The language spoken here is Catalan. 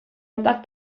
atac